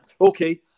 Okay